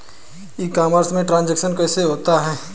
ई commerce में transaction कैसे होता है?